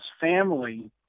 family